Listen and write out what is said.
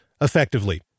effectively